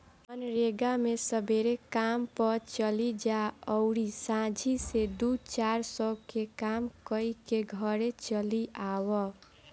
मनरेगा मे सबेरे काम पअ चली जा अउरी सांझी से दू चार सौ के काम कईके घरे चली आवअ